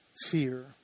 fear